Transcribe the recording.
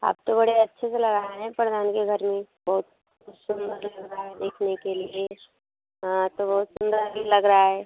आप तो बड़े अच्छे से लगाए हैं प्रधान के घर में बहुत खूब सुंदर लग रहा है देखने के लिए हाँ तो बहुत सुंदर लग रहा है